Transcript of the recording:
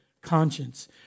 conscience